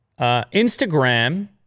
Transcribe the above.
Instagram